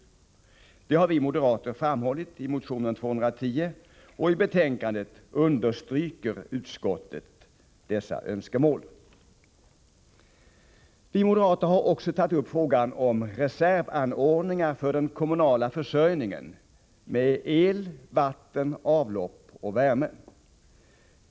Detta har vi moderater framhållit i motionen 210, och i betänkandet understryker utskottet detta önskemål. j Vi moderater har också tagit upp frågan om reservanordningar för den kommunala försörjningen med el, vatten, avlopp och värme.